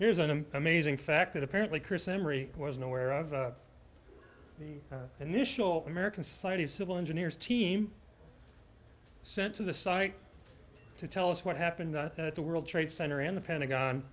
here's an amazing fact that apparently chris emery wasn't aware of and initial american society of civil engineers team sent to the site to tell us what happened at the world trade center and the pentagon